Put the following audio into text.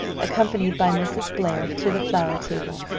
accompanied by mrs. blair, to the flower table.